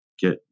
get